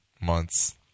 months